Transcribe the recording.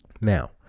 Now